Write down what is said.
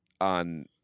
On